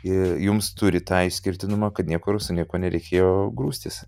i jums turi tą išskirtinumą kad niekur nieko nereikėjo grūstis